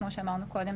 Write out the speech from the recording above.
כמו שאמרנו קודם,